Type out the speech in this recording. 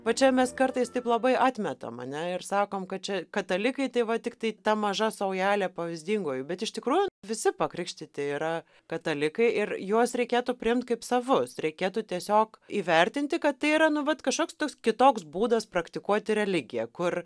va čia mes kartais taip labai atmetam ane ir sakom kad čia katalikai tai va tiktai ta maža saujelė pavyzdingųjų bet iš tikrųjų visi pakrikštyti yra katalikai ir juos reikėtų priimt kaip savus reikėtų tiesiog įvertinti kad tai yra nu vat kažkoks kitoks būdas praktikuoti religiją kur